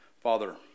Father